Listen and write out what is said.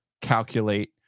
calculate